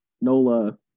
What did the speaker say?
Nola